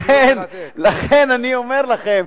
לכן אני אומר לכם,